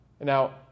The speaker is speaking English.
Now